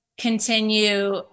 continue